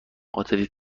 عاطفی